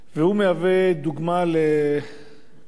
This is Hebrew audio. והוא מהווה דוגמה למספר